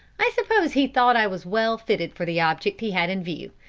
i suppose he thought i was well fitted for the object he had in view.